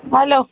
hello